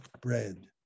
bread